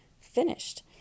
finished